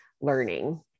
learning